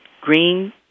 green